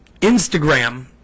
Instagram